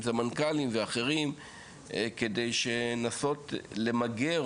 אם זה מנכ"לים ואחרים כדי לנסות למגר.